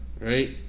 right